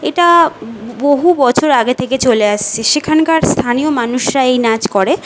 এটা বহু বছর আগে থেকে চলে আসছে সেখানকার স্থানীয় মানুষরা এই নাচ করে